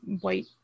white